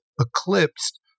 eclipsed